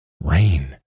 Rain